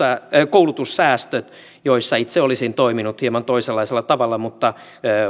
koulutussäästöt joissa itse olisin toiminut hieman toisenlaisella tavalla mutta